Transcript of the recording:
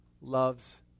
loves